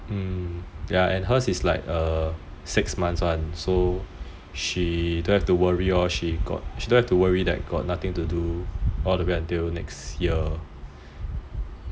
mmhmm and hers is like six months [one] so she don't have to worry lor that she don't have to worry that she got nothing to do all the way until next year